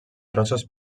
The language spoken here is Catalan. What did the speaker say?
trossos